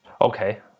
Okay